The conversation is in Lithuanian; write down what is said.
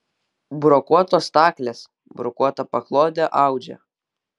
brokuotos staklės brokuotą paklodę audžia